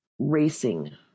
racing